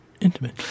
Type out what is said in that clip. Intimate